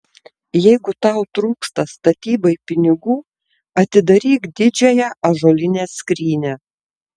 jeigu tau trūksta statybai pinigų atidaryk didžiąją ąžuolinę skrynią